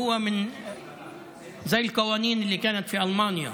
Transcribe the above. שהוא כמו החוקים שהיו בגרמניה,